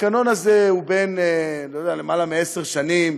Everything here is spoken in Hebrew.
התקנון הזה הוא בן למעלה מעשר שנים.